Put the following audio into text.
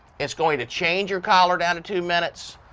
it's going to change your collar down to two minutes,